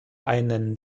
einen